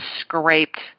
scraped